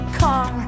car